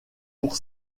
pour